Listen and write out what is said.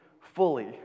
fully